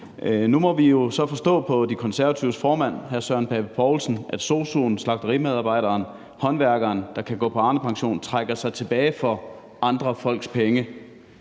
Nu må vi jo så forstå på De Konservatives formand, hr. Søren Pape Poulsen, at sosu'en, slagterimedarbejderen, håndværkeren, der kan gå på Arnepension, trækker sig tilbage for andre folks penge.